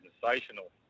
sensational